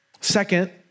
Second